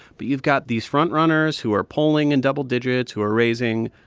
but you've got these frontrunners who are polling in double digits, who are raising,